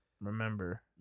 remember